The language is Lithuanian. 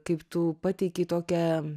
kaip tu pateikei tokią